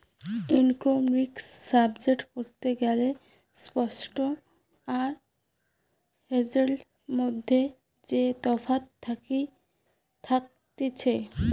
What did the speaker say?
economics subject পড়তে গ্যালে spot আর হেজের মধ্যে যেই তফাৎ থাকতিছে